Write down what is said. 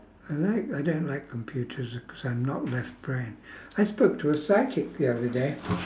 I like I don't like computers because I'm not left brained I spoke to a psychic the other day